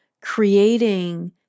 creating